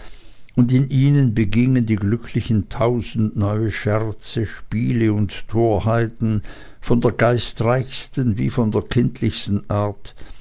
und in ihnen begingen die glücklichen tausend neue scherze spiele und torheiten von der geistreichsten wie von der kindlichsten art